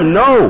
no